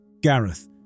Gareth